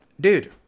dude